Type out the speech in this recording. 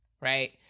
right